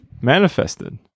manifested